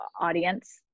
audience